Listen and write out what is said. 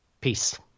Peace